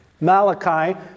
Malachi